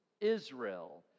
Israel